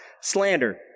slander